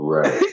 Right